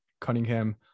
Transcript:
Cunningham –